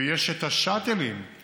ויש את השאטלים עם